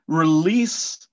release